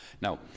Now